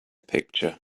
picture